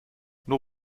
nur